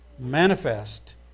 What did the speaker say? manifest